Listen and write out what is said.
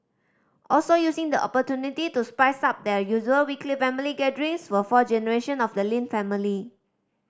also using the opportunity to spice up their usual weekly family gatherings were four generation of the Lin family